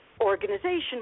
organization